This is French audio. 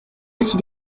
aussi